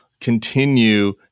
continue